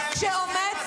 כולם הגיעו.